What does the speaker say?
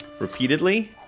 repeatedly